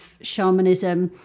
shamanism